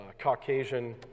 Caucasian